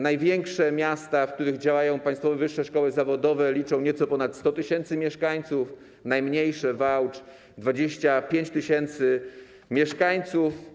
Największe miasta, w których działają państwowe wyższe szkoły zawodowe, liczą nieco ponad 100 tys. mieszkańców, a najmniejsze, jak Wałcz - 25 tys. mieszkańców.